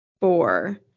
four